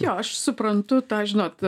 jo aš suprantu tą žinot